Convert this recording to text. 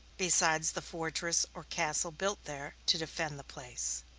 besides the fortress or castle built there to defend the place.